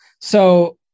So-